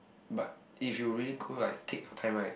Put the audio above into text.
but if you really go like take your time right